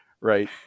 right